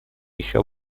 ещё